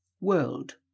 world